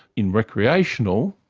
in recreational,